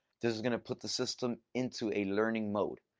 this is going to put the system into a learning mode.